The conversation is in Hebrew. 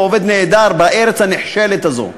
ועובד נהדר בארץ הנחשלת הזאת,